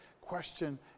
question